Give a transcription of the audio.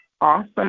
awesome